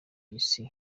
isi